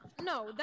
No